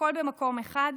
הכול במקום אחד.